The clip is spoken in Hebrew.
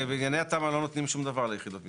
בענייני התמ"א לא נותנים שום דבר ליחידות מסחריות.